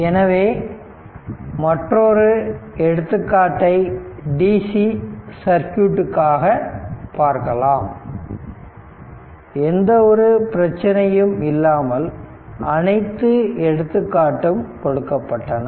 எனவே மற்றொரு எடுத்துக்காட்டை டிசி சர்க்யூட்காக பார்க்கலாம் எந்த ஒரு பிரச்சனையும் இல்லாமல் அனைத்து எடுத்துக்காட்டும் கொடுக்கப்பட்டன